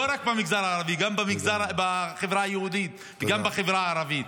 לא רק במגזר הערבי אלא גם בחברה היהודית וגם בחברה הערבית.